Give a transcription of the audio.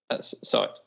sorry